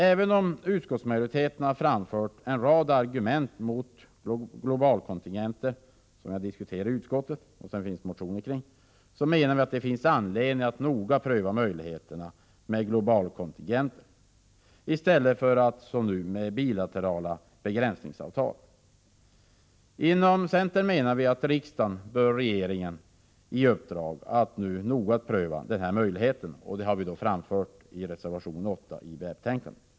Även om utskottsmajoriteten har framfört en rad argument mot globalkontingenter, som vi har diskuterat i utskottet och som det finns motioner kring, menar vi att det finns anledning att noga pröva möjligheterna med globalkontingenter istället för bilaterala begränsningsavtal. Inom centern menar vi att riksdagen bör ge regeringen i uppdrag att noga pröva denna möjlighet. Det har vi 116 framfört i reservation 8 till betänkandet.